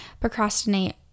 procrastinate